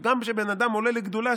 שגם כשבן אדם עולה לגדולה,